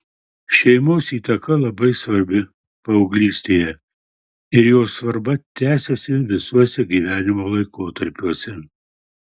šeimos įtaka labai svarbi paauglystėje ir jos svarba tęsiasi visuose gyvenimo laikotarpiuose